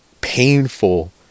painful